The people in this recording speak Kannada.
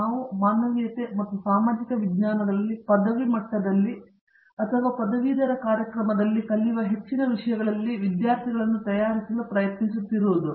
ನಾವು ಮಾನವೀಯತೆ ಮತ್ತು ಸಾಮಾಜಿಕ ವಿಜ್ಞಾನಗಳಲ್ಲಿ ಪದವಿ ಮಟ್ಟದಲ್ಲಿ ಅಥವಾ ಪದವೀಧರ ಕಾರ್ಯಕ್ರಮದಲ್ಲಿ ಕಲಿಯುವ ಹೆಚ್ಚಿನ ವಿಷಯಗಳಲ್ಲಿ ವಿದ್ಯಾರ್ಥಿಗಳನ್ನು ತಯಾರಿಸಲು ಪ್ರಯತ್ನಿಸುತ್ತಿರುವುದು